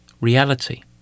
reality